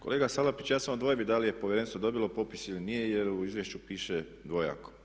Kolega Salapić ja sam u dvojbi da li je povjerenstvo dobilo popis ili nije jer u izvješću piše dvojako.